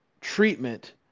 treatment